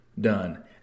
done